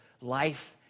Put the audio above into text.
life